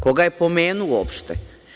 Ko ga je pomenuo uopšte?